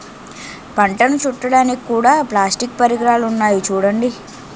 పంటను చుట్టడానికి కూడా ప్లాస్టిక్ పరికరాలున్నాయి చూడండి